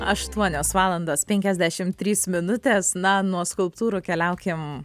aštuonios valandos penkiasdešimt trys minutės na nuo skulptūrų keliaukim